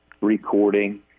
recording